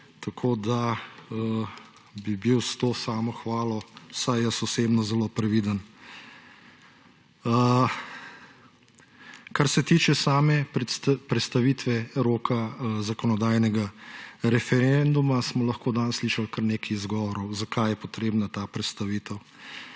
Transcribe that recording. tako da bi bil s to samohvalo vsaj jaz osebno zelo previden. Kar se tiče same prestavitve roka zakonodajnega referenduma, smo lahko danes slišali kar nekaj izgovorov, zakaj je potrebna ta prestavitev.